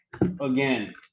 again